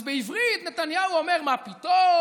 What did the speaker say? אז בעברית נתניהו אומר: מה פתאום,